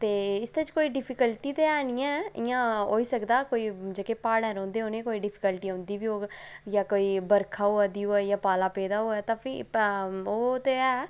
ते इसदे च कोई डिफिकल्टी ते है निं ऐ इ'यां होई सकदा कोई जेह्के प्हाड़ें रौह्दे न उ'नें ई कोई डिफिकल्टी औंदी बी होग जां कोई बरखा होआ दी होऐ जां पाला पेदा होऐ तां फ्ही तां ओह् ते है